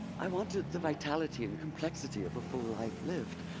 i wanted the vitality and complexity of a full life lived.